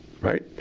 right